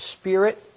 spirit